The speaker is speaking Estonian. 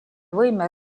võime